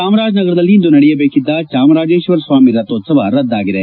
ಚಾಮರಾಜನಗರದಲ್ಲಿ ಇಂದು ನಡೆಯಬೇಕಿದ್ದ ಚಾಮರಾಜೇಕ್ಷರ ಸ್ನಾಮಿ ರಥೋತ್ತವ ರದ್ದಾಗಿದೆ